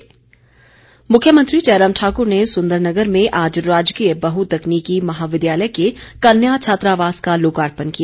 छात्रावास मुख्यमंत्री जयराम ठाकुर ने सुंदरनगर में आज राजकीय बहुतकनीकी महाविद्यालय के कन्या छात्रावास का लोकार्पण किया